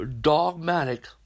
dogmatic